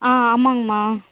ஆ ஆமாங்கம்மா